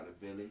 Billy